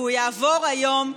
והוא יעבור היום,